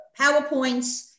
PowerPoints